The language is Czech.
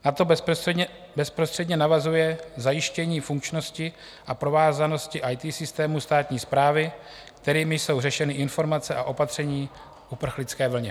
Na to bezprostředně navazuje zajištění funkčnosti a provázanosti IT systémů státní správy, kterými jsou řešeny informace a opatření v uprchlické vlně.